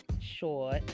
short